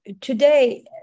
today